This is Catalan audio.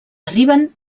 arriben